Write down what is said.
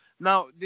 Now